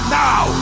now